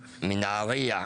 מנהריה,